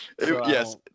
Yes